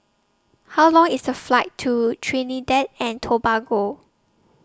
How Long IS The Flight to Trinidad and Tobago